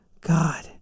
God